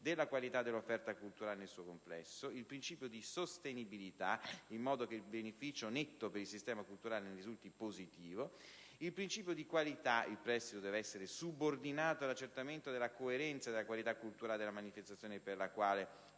della qualità dell'offerta culturale nel suo complesso; il principio di sostenibilità, in modo che il beneficio netto per il sistema culturale ne risulti positivo; il principio di qualità, perché il prestito deve essere subordinato all'accertamento della coerenza e della qualità culturale della manifestazione per la quale